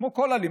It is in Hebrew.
כמו כל אלימות,